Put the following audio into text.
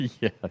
yes